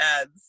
ads